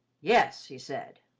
yes, he said.